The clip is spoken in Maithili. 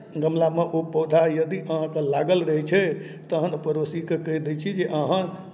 गमलामे ओ पौधा यदि अहाँके लागल रहै छै तहन पड़ोसीकेँ कहि दै छी जे अहाँ